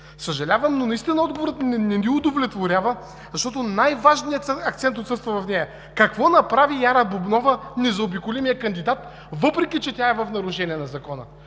Съжалявам, но наистина отговорът не ни удовлетворява, защото най-важният акцент отсъства в него: какво направи Яра Бубнова, незаобиколимият кандидат, въпреки че тя е в нарушение на Закона?